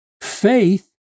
faith